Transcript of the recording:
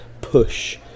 push